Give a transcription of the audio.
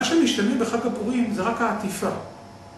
מה שמשתנה בחג הפורים זה רק העטיפה.